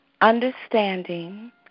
understanding